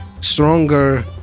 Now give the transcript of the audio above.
stronger